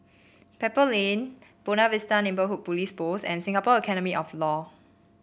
Pebble Lane Buona Vista Neighbourhood Police Post and Singapore Academy of Law